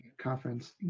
conference